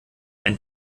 ein